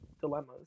dilemmas